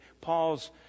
Paul's